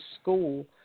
school